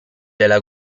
della